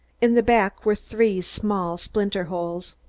in the back were three small splintered holes.